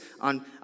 on